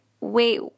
wait